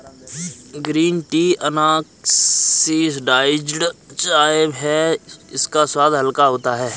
green tea unoxidised चाय है इसका स्वाद हल्का होता है